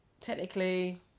technically